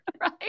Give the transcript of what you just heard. Right